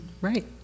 Right